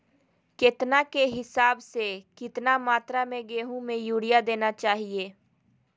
केतना के हिसाब से, कितना मात्रा में गेहूं में यूरिया देना चाही?